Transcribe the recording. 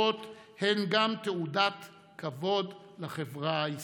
הקמת ממשלה איננה משאלת לב חברתית,